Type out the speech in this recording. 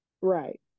Right